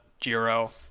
Giro